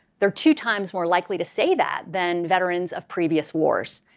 they're two times more likely to say that than veterans of previous wars.